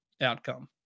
outcome